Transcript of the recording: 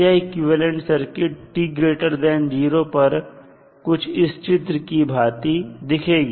यह equivalent circuit t0 पर कुछ इस चित्र की भांति दिखेगी